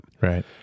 Right